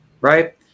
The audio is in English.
Right